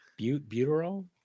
Butyrol